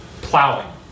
plowing